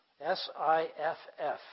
S-I-F-F